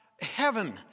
heaven